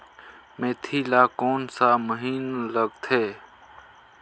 मेंथी ला कोन सा महीन लगथे?